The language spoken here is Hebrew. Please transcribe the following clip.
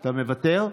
אתה מוותר?